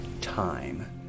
time